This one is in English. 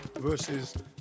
versus